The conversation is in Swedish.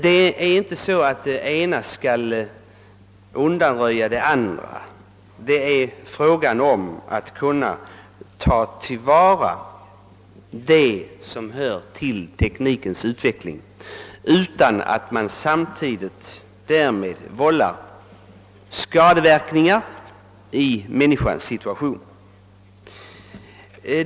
Det är inte fråga om att det ena skall utesluta det andra, det är fråga om att kunna ta till vara teknikens utveckling utan att man därmed samtidigt försämrar människans situation.